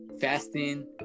fasting